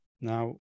Now